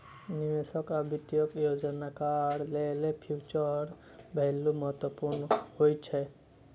निवेशक आ वित्तीय योजनाकार लेल फ्यूचर वैल्यू महत्वपूर्ण होइ छै